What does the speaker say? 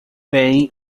bem